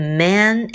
man